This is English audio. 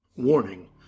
Warning